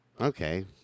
Okay